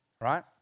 Right